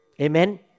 Amen